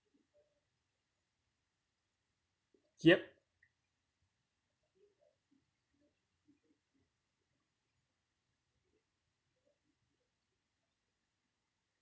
yup